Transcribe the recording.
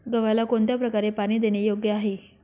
गव्हाला कोणत्या प्रकारे पाणी देणे योग्य आहे?